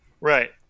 Right